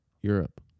Europe